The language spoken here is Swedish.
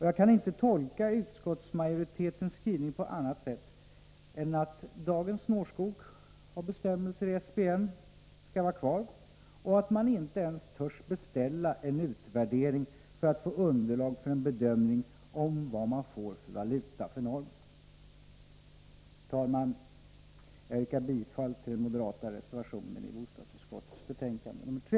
Jag kan inte tolka utskottsmajoritetens skrivning på annat sätt än så, att dagens snårskog av bestämmelser i SBN skall vara kvar och att man inte ens törs beställa en utvärdering för att få underlag för en bedömning av vad man får för valuta för normerna. Herr talman! Jag yrkar bifall till den moderata reservationen i bostadsutskottets betänkande nr 3.